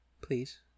Please